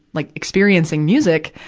like, experiencing music,